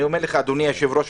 אדוני היושב-ראש,